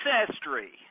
ancestry